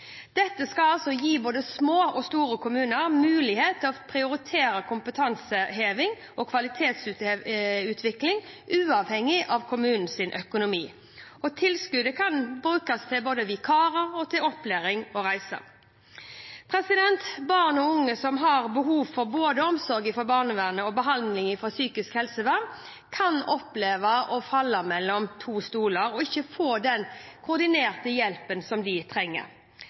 Dette skal gi både små og store kommuner mulighet til å prioritere kompetanseheving og kvalitetsutvikling, uavhengig av kommunens økonomi. Tilskuddet kan brukes både til vikarer, til opplæring og til reiser. Barn og ungdom som har behov for både omsorg fra barnevernet og behandling fra psykisk helsevern, kan oppleve å falle mellom to stoler og ikke få den koordinerte hjelpen de trenger.